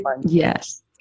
Yes